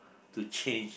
to change